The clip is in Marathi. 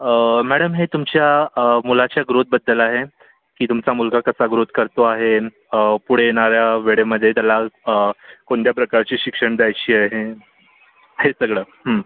मॅडम हे तुमच्या मुलाच्या ग्रोथबद्दल आहे की तुमचा मुलगा कसा ग्रोथ करतो आहे पुढे येणाऱ्या वेळेमध्ये त्याला कोणत्या प्रकारची शिक्षण द्यायचे आहे हे सगळं हं